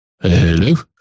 Hello